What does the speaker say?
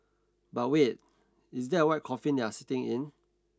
but wait is that a white coffin they are sitting in